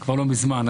לא מזמן.